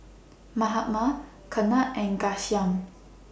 Mahatma Ketna and Ghanshyam